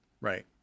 Right